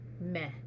meh